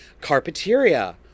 Carpeteria